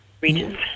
Regions